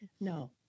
No